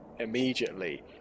immediately